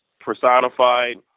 personified